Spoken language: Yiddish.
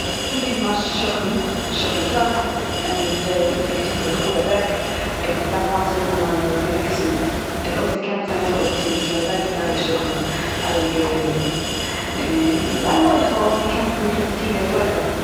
אנגעריפן מיין שכן\שכנ'טע און געפרעגט, און געזאגט איך פאר אוועק. און איך דארף וואסערן מיינע געוויקסן. און אויב זי קען מיך זיי מוחל עס טון. ביזט מיר אזא געטרייע שכן אייביג געווען. און זיי מוחל אויב דו קענסט מיך טון די טובה.